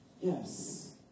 Yes